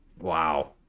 Wow